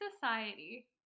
society